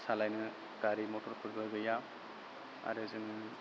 सालायनो गारि मटरफोरबो गैया आरो जोङो